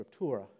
scriptura